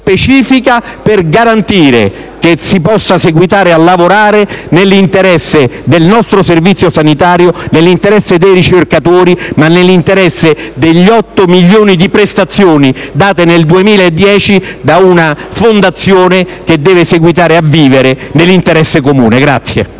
per garantire che si possa seguitare a lavorare nell'interesse del nostro servizio sanitario, dei ricercatori, ma anche delle 8 milioni di prestazioni offerte nel 2010 da una fondazione che deve seguitare a vivere, nell'interesse comune.